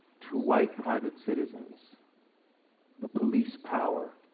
to white private citizens the police power